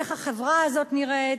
איך החברה הזאת נראית.